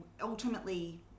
ultimately